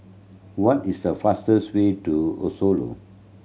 what is the fastest way to a Oslo